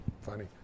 funny